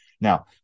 Now